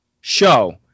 Show